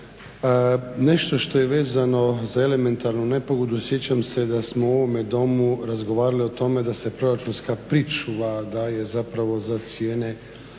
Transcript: Nešto što je vezano za elementarnu nepogodu sjećam se da smo u ovome Domu razgovarali o tome da se proračunska pričuva daje zapravo za cijene